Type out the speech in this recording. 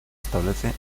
establece